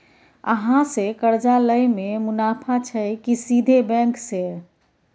अहाँ से कर्जा लय में मुनाफा छै की सीधे बैंक से?